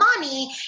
money